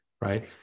Right